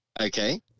okay